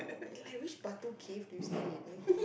like which Batu cave do you stay in